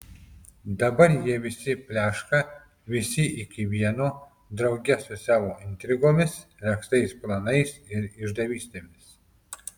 dabar jie visi pleška visi iki vieno drauge su savo intrigomis regztais planais ir išdavystėmis